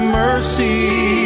mercy